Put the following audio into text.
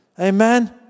Amen